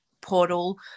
portal